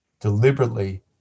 deliberately